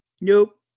Nope